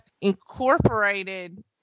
incorporated